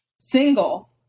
single